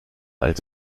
als